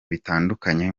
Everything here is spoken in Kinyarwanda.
bitandukanye